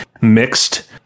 mixed